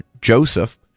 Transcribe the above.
Joseph